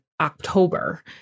October